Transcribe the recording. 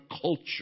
culture